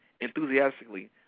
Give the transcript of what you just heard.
enthusiastically